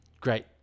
Great